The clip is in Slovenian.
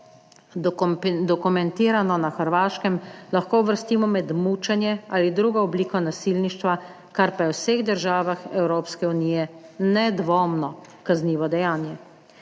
dokumentirano na Hrvaškem, lahko uvrstimo med mučenje ali drugo obliko nasilništva, kar pa je v vseh državah Evropske unije nedvomno kaznivo dejanje.